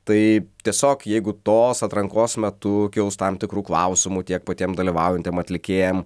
tai tiesiog jeigu tos atrankos metu kils tam tikrų klausimų tiek patiem dalyvaujantiem atlikėjam